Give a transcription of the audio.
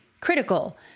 critical